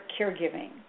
caregiving